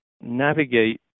navigate